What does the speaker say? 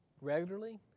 regularly